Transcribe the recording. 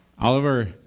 Oliver